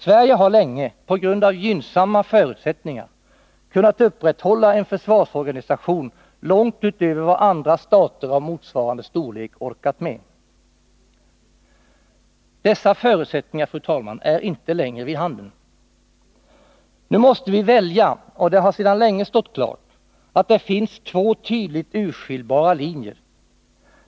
Sverige har länge, på grund av gynnsamma förutsättningar, kunnat upprätthålla en försvarsorganisation långt utöver vad andra stater av motsvarande storlek orkat med. Dessa förutsättningar, fru talman, är inte längre för handen! Nu måste vi välja, och det har sedan länge stått klart att det finns två tydligt urskiljbara linjer.